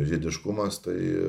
žiediškumas tai